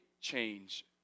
change